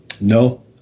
No